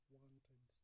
wanted